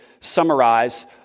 summarize